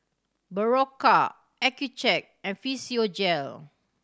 Berocca Accucheck and Physiogel